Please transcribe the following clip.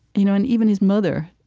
you know and even his mother,